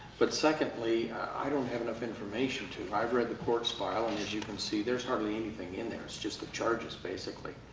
but secondly, i don't have enough information to. i've read the court's file and, as you can see, there's hardly anything in there. it's just the charges, basically.